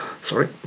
Sorry